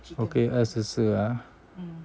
okay 二十四 ah